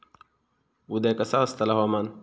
उद्या कसा आसतला हवामान?